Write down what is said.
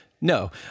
No